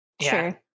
sure